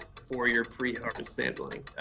for your pre-harvest sampling.